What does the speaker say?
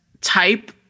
type